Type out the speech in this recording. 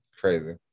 Crazy